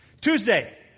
Tuesday